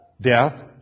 death